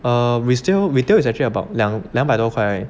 err resale retail is actually about 两两百多块而已